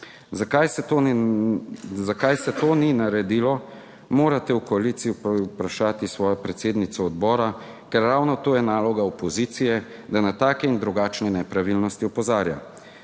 Zakaj se toni naredilo, morate v koaliciji povprašati svojo predsednico odbora, ker ravno to je naloga opozicije, da na take in drugačne nepravilnosti opozarja.